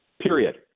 period